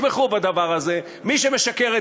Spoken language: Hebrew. תתמכו בדבר הזה: מי שמשקרת,